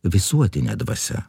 visuotine dvasia